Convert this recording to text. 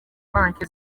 banki